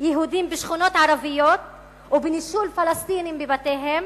יהודים בשכונות ערביות ונישול פלסטינים מבתיהם?